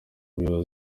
buyobozi